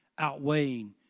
outweighing